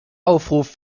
aufruf